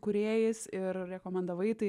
kūrėjais ir rekomendavai tai